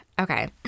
Okay